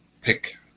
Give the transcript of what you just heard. pick